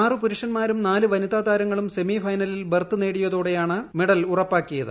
ആറ് പുരുഷന്മാരും നാല് വനിതാ താരങ്ങളും സെമിഫൈനലിൽ ബർത്ത് നേടിയതോടെയാണ് മെഡൽ ഉറപ്പാക്കിയത്